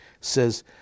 says